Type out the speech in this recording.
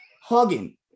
hugging